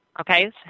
okay